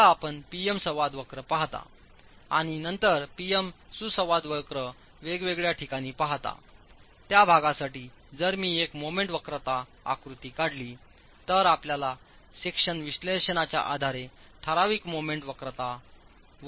आता आपण P M संवाद वक्र पाहता आणि नंतर P M सुसंवाद वक्र वेगळ्या ठिकाणी पाहता त्या भागासाठी जर मी एक मोमेंट वक्रता आकृती काढली तर आपल्याला सेक्शन विश्लेषणाच्या आधारे ठराविक मोमेंट वक्रता वक्र मिळेल